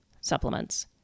supplements